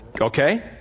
Okay